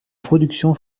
production